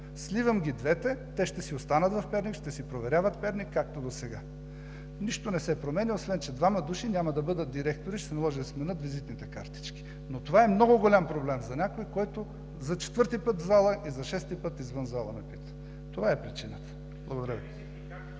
Сливам ги двете, те ще си останат в Перник, ще си проверяват Перник, както досега. Нищо не се променя, освен че двама души няма да бъдат директори и ще се наложи да си сменят визитните картички. Но това е много голям проблем за някой, който за четвърти път в залата и за шести път извън залата ме пита. Това е причината! Благодаря Ви.